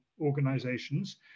organizations